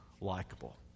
likable